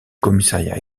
commissariat